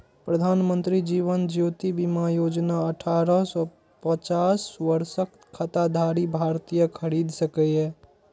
प्रधानमंत्री जीवन ज्योति बीमा योजना अठारह सं पचास वर्षक खाताधारी भारतीय खरीद सकैए